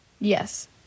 yes